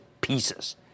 pieces